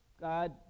God